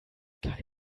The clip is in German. kai